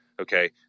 okay